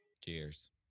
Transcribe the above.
cheers